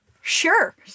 Sure